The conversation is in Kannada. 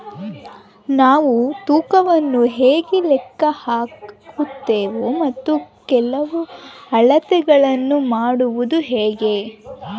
ನಾವು ತೂಕವನ್ನು ಹೇಗೆ ಲೆಕ್ಕ ಹಾಕುತ್ತೇವೆ ಮತ್ತು ಕೆಲವು ಅಳತೆಗಳನ್ನು ಮಾಡುವುದು ಹೇಗೆ?